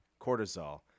Cortisol